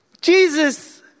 Jesus